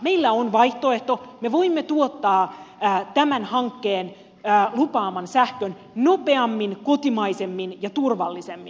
meillä on vaihtoehto me voimme tuottaa tämän hankkeen lupaaman sähkön nopeammin kotimaisemmin ja turvallisemmin